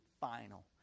final